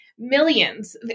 millions